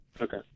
Okay